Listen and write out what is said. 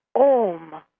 om